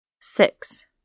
Six